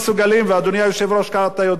אדוני היושב-ראש, אתה יודע היטב